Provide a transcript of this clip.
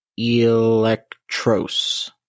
Electros